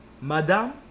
Madame